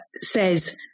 says